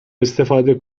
استفاده